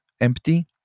empty